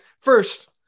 First